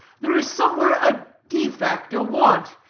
there is somewhere a defect, a want,